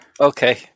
Okay